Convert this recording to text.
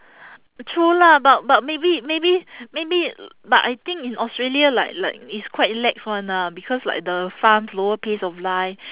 true lah but but maybe maybe maybe but I think in australia like like it's quite lax one ah because like the farms lower pace of life